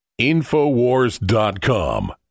InfoWars.com